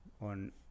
on